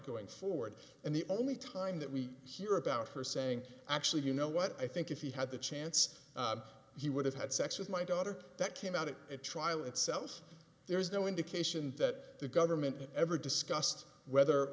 going forward and the only time that we hear about her saying actually you know what i think if he had the chance he would have had sex with my daughter that came out of a trial itself there's no indication that the government ever discussed whether